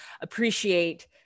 appreciate